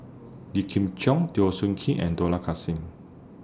Yip Kim Cheong Teo Soon Kim and Dollah Kassim